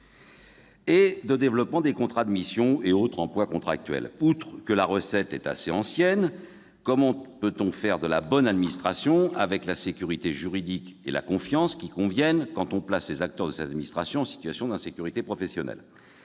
avec le développement des contrats de mission et autres emplois contractuels. Outre que la recette est assez ancienne, comment peut-on faire de la bonne administration, avec la sécurité juridique et la confiance qui conviennent, quand on place les acteurs de ces administrations en situation d'insécurité professionnelle ?